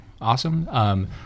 awesome